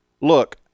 Look